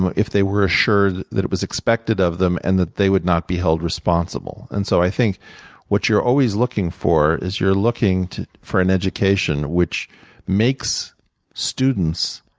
but if they were assured that it was expected of them and that they would not be held responsible. and so i think what you're always looking for is you're looking for an education which makes students